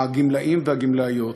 הגמלאים והגמלאיות,